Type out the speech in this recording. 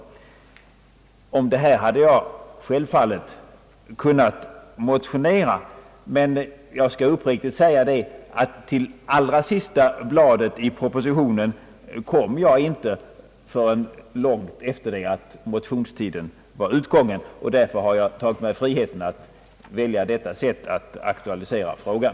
Om detta hade jag självfallet kunnat motionera, men jag skall uppriktigt säga att till allra sista bladet i propositionen kom jag inte förrän långt efter det att motionstiden gått ut! Därför har jag tagit mig friheten att på detta sätt aktualisera frågan.